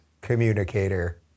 communicator